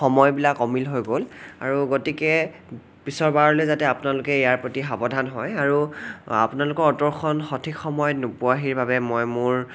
সময়বিলাক অমিল হৈ গ'ল আৰু গতিকে পিছৰবাৰলৈ যাতে আপোনালোকে ইয়াৰ প্ৰতি সাৱধান হয় আৰু আপোনালোকৰ অট'খন সঠিক সময়ত নোপোৱাহিৰ বাবে মই মোৰ